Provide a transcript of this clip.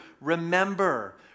Remember